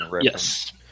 Yes